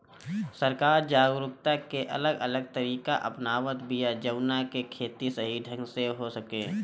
सरकार जागरूकता के अलग अलग तरीका अपनावत बिया जवना से खेती सही ढंग से हो सके